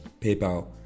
PayPal